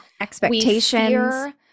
expectations